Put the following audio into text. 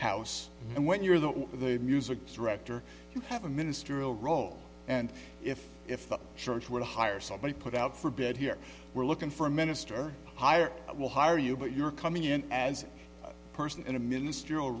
house and when you're the the music director you have a ministerial role and if if the church were to hire somebody put out for bed here we're looking for a minister hire will hire you but you're coming in as a person in a ministerial